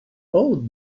old